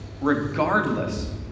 regardless